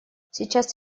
сейчас